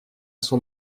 son